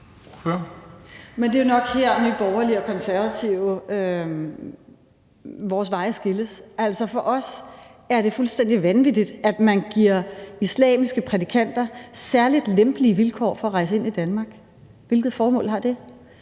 Men det er nok her, hvor Nye Borgerliges og Konservatives veje skilles. Altså, for os er det fuldstændig vanvittigt, at man giver islamiske prædikanter særligt lempelige vilkår for at rejse ind i Danmark. Hvilket formål har det?